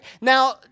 Now